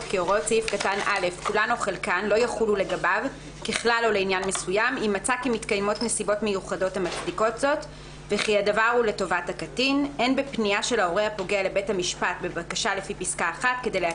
הוספת סעיף 27א 2. אחרי סעיף 27 לחוק העיקרי יבוא: שלילת